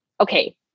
okay